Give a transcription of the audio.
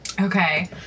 Okay